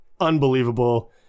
unbelievable